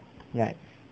right